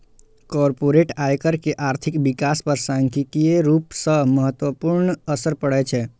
corporate आयकर के आर्थिक विकास पर सांख्यिकीय रूप सं महत्वपूर्ण असर पड़ै छै